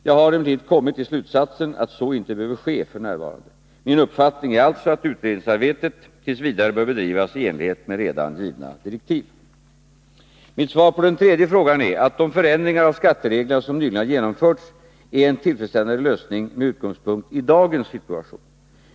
Jag har emellertid kommit till slutsatsen att så inte behöver ske f.n. Min uppfattning är alltså att utredningsarbetet t. v. bör bedrivas i enlighet med redan givna direktiv. Mitt svar på den tredje frågan är att de förändringar av skattereglerna som nyligen har genomförts är en tillfredsställande lösning med utgångspunkt i dagens situation.